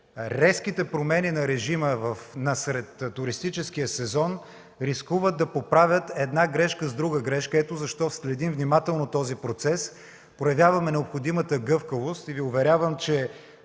резките промени в режима насред туристическия сезон рискуват да поправят една грешка с друга грешка. Ето защо следим внимателно процеса, проявяваме необходимата гъвкавост и Ви уверявам, че